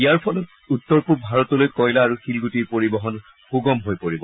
ইয়াৰ ফলত উত্তৰ পূব ভাৰতলৈ কয়লা আৰু শিলণ্ডটিৰ পৰিবহণ সুগম হৈ পৰিব